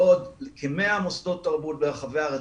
בעוד שכ-100 מוסדות תרבות ברחבי הארץ